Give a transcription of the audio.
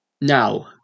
Now